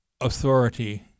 authority